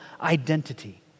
identity